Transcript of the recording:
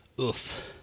Oof